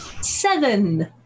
Seven